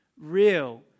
Real